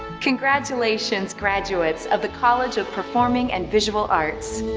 congratulations graduates of the college of performing and visual arts.